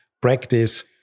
practice